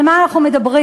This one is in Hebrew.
על מה אנחנו מדברים?